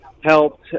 helped